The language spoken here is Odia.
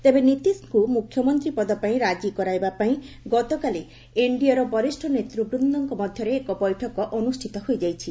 ତେବେ ନିତିଶଙ୍କୁ ମୁଖ୍ୟମନ୍ତ୍ରୀ ପଦ ପାଇଁ ରାଜି କରାଇବା ପାଇଁ ଗତକାଲି ଏନ୍ଡିଏର ବରିଷ୍ଠ ନେତୃବୃନ୍ଦଙ୍କ ମଧ୍ୟରେ ଏକ ବୈଠକ ଅନୁଷ୍ଠିତ ହୋଇଯାଇଛି